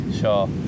Sure